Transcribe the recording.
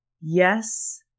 Yes